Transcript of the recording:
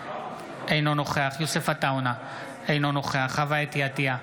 אינו נוכח יוסף עטאונה, אינו נוכח חוה אתי עטייה,